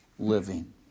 Living